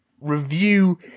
review